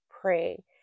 pray